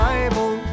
Bible